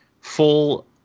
full